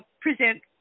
present